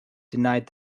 denied